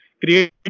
create